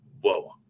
whoa